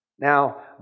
Now